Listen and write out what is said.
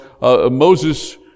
Moses